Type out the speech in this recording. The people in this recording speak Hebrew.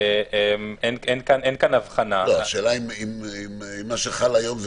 אין כאן אבחנה -- השאלה אם מה שחל היום זה